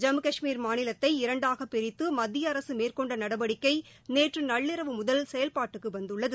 ஜம்மு கஷ்மீர் மாநிலத்தை இரண்டாகப் பிரித்து மத்திய அரக மேற்கொண்ட நடவடிக்கை நேற்று நள்ளிரவு முதல் செயல்பாட்டுக்கு வந்துள்ளது